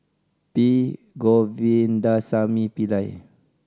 P Govindasamy Pillai